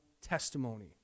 testimony